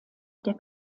der